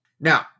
Now